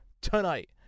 tonight